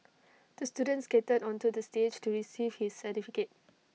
the students skated onto the stage to receive his certificate